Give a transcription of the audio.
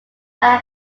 narrow